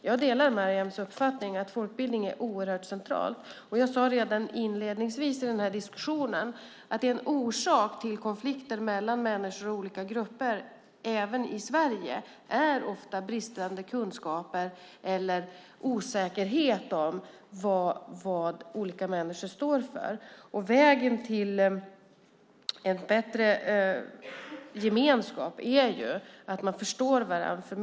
Jag delar Maryam Yazdanfars uppfattning att folkbildning är oerhört centralt, och jag sade inledningsvis i denna debatt att en orsak till konflikter mellan människor och olika grupper, även i Sverige, ofta är bristande kunskap eller osäkerhet om vad olika människor står för. Vägen till en bättre gemenskap är att man förstår varandra.